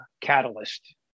catalyst